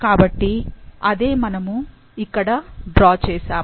కాబట్టి అదే మనము ఇక్కడ డ్రా చేసాము